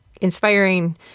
inspiring